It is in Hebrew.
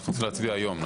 אנחנו צריכים להצביע היום.